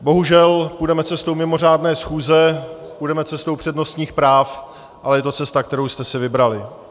Bohužel půjdeme cestou mimořádné schůze, půjdeme cestou přednostních práv, ale je to cesta, kterou jste si vybrali.